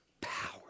power